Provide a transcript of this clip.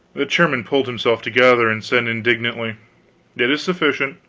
the chairman pulled himself together, and said indignantly it is sufficient.